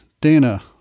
Dana